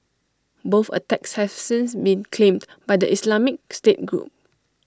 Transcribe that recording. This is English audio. both attacks have since been claimed by the Islamic state group